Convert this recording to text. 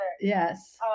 Yes